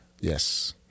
yes